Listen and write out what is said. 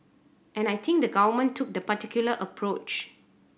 and I think the Government took the particular approach